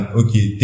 okay